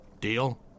Deal